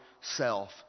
self